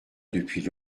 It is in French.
depuis